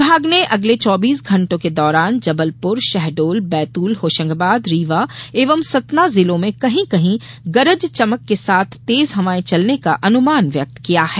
विभाग ने अगले चौबीस घंटों के दौरान जबलपुर शहडोल बैतूल होशंगाबाद रीवा एवं सतना जिलों में कहीं कहीं गरज चमक के साथ तेज हवाए चलने का अनुमान व्यक्त किया है